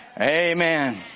Amen